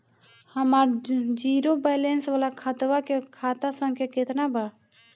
हमार zero balance वाला खतवा के खाता संख्या केतना बा?